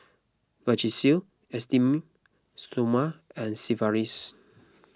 Vagisil Esteem Stoma and Sigvaris